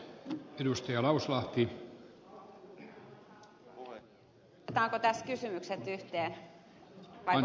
seuraatteko tilannetta tarkkaan ministeri